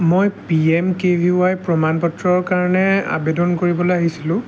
মই P M K V Y ৰ প্ৰমাণপত্ৰৰ কাৰণে আবেদন কৰিবলৈ আহিছিলো